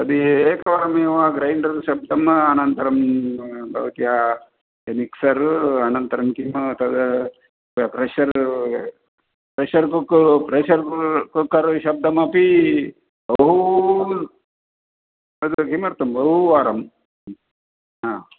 तद् ए एकवारमेव ग्रैण्डर् शब्दम् अनन्तरं भवत्याः मिक्सर् अनन्तरं किं तत् pressure pressure cooker pressure cooker शब्दमपि बहू तत्र किमर्थं बहू वारं हा